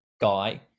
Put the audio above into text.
guy